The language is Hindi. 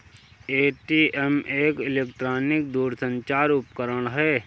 ए.टी.एम एक इलेक्ट्रॉनिक दूरसंचार उपकरण है